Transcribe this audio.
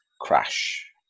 crash